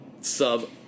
Sub